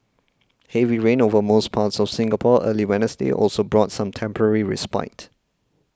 heavy rain over most parts of Singapore early Wednesday also brought some temporary respite